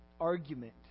argument